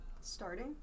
starting